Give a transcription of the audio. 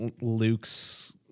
luke's